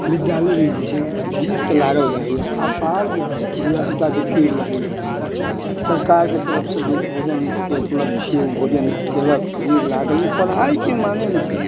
बिद्यालय मे जे छै भीड़ तऽ लागल रहैया अपार धियापुता के भीड़ लगैया सरकार के तरफ सँ जे भोजन के उपलक्ष्य यऽ ओ भोजन केलक भीड़ लागल अछि पढ़ाइ माने मे जीरो